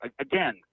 again